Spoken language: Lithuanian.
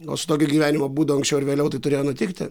o su tokiu gyvenimo būdu anksčiau ar vėliau tai turėjo nutikti